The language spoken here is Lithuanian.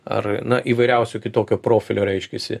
ar na įvairiausių kitokio profilio reiškiasi